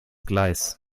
gleis